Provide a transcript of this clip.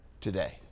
today